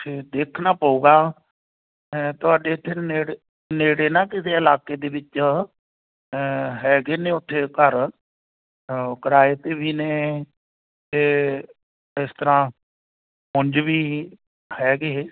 ਇੱਥੇ ਦੇਖਣਾ ਪਊਗਾ ਅ ਤੁਹਾਡੇ ਇੱਥੇ ਨੇੜ ਨੇੜੇ ਨਾ ਕਿਤੇ ਇਲਾਕੇ ਦੇ ਵਿੱਚ ਅ ਹੈਗੇ ਨੇ ਉੱਥੇ ਘਰ ਅ ਕਿਰਾਏ 'ਤੇ ਵੀ ਨੇ ਅਤੇ ਇਸ ਤਰ੍ਹਾਂ ਉਂਝ ਵੀ ਹੈਗੇ